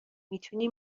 میتونی